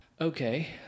Okay